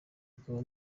akaba